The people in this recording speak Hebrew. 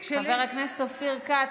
חבר הכנסת אופיר כץ,